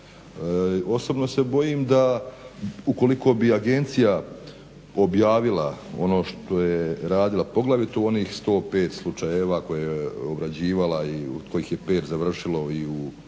Osobno se bojim da ukoliko bi agencija objavila ono što je radila poglavito u onih 105 slučajeva koje je obrađivala i od kojih je 5 završilo i u